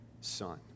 Son